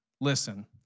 listen